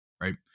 right